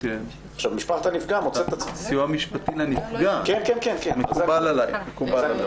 סיוע משפטי לנפגע, מקובל עליי.